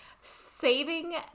saving